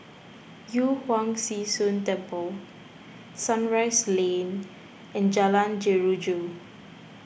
Yu Huang Zhi Zun Temple Sunrise Lane and Jalan Jeruju